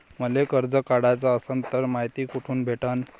मले कर्ज काढाच असनं तर मायती कुठ भेटनं?